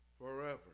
forever